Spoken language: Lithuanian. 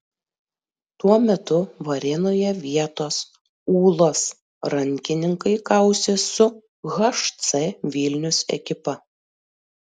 tuo metu varėnoje vietos ūlos rankininkai kausis su hc vilnius ekipa